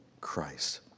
Christ